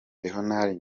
leonard